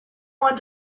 mois